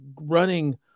running